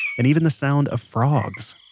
and even the sound of frogs